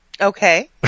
Okay